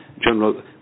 general